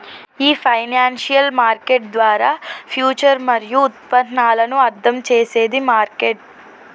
ఈ financial market ద్వారా future మరియు ఉత్పన్నాలను అర్థం చేసేది మార్కెట్